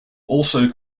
also